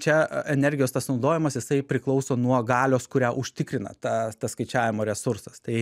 čia energijos tas sunaudojimas jisai priklauso nuo galios kurią užtikrina ta tas skaičiavimo resursas tai